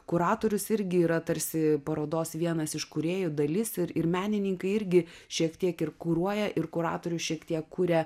kuratorius irgi yra tarsi parodos vienas iš kūrėjų dalis ir menininkai irgi šiek tiek ir kuruoja ir kuratorių šiek tiek kuria